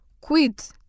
quit